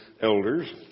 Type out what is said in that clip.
elders